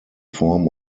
form